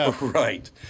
Right